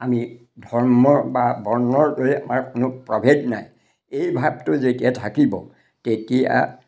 আমি ধৰ্ম বা বৰ্ণৰ লৈ আমাৰ কোনো প্ৰভেদ নাই এই ভাৱটো যেতিয়া থাকিব তেতিয়া